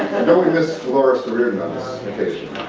don't we miss dolores o'riordan on this occassion,